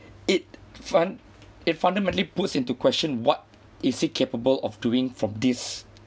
it fun~ it fundamentally puts into question what is he capable of doing from this